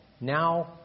Now